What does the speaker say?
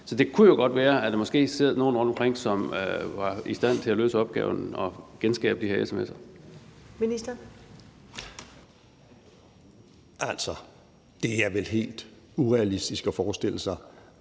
Så det kunne jo godt være, at der måske sidder nogle rundtomkring, som er i stand til at løse opgaven og genskabe de her sms'er. Kl. 12:18 Første næstformand (Karen